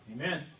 Amen